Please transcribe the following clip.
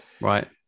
right